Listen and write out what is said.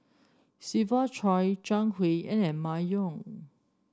Siva Choy Zhang Hui and Emma Yong